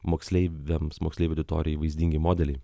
moksleiviams moksleivių auditorijai vaizdingi modeliai